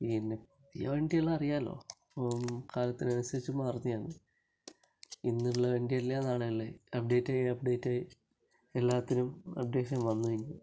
പിന്നെ ഈ വണ്ടികൾ അറിയാമല്ലോ അപ്പം കാലത്തിന് അനുസരിച്ച് മാറുന്നതാണ് ഇന്നുള്ള വണ്ടിയല്ല നാളെ ഉള്ളത് അപ്ഡേറ്റ് ചെയ്ത് അപ്ഡേറ്റ് ചെയ്ത് എല്ലാത്തിനും അപ്ഡേഷൻ വന്ന് കഴിഞ്ഞു